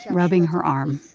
rubbing her arm,